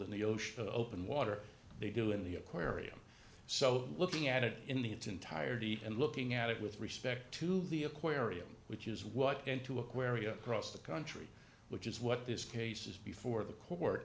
in the ocean open water they do in the aquarium so looking at it in the its entirety and looking at it with respect to the aquarium which is what into aquaria across the country which is what this case is before the court